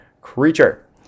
creature